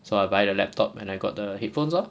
so I buy the laptop and I got the headphones lor